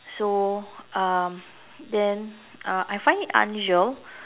so um then uh I find it unusual